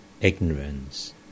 Ignorance